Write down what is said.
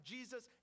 Jesus